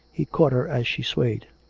he caught her as she swayed.